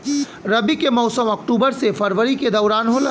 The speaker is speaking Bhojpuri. रबी के मौसम अक्टूबर से फरवरी के दौरान होला